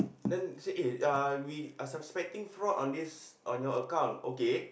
then say eh we ah some stretting fraud on this on your account okay